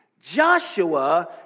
Joshua